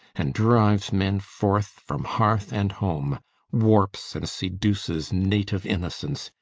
and drives men forth from hearth and home warps and seduces native innocence,